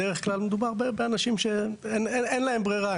בדרך כלל מדובר באנשים שאין להם ברירה,